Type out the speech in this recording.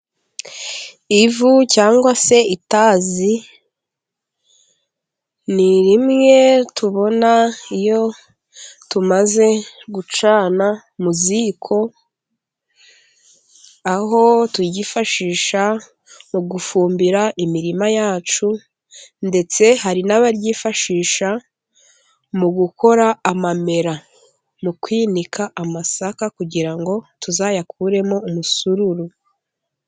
Ivu cyangwa se itazi ni rimwe tubona iyo tumaze gucana mu ziko, aho turyifashisha mu gufumbira imirima yacu ndetse hari n'abaryifashisha mu gukora amamera, mu kwinika amasaka kugira ngo tuzayakuremo umusururu.